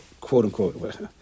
quote-unquote